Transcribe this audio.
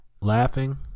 laughing